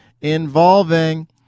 involving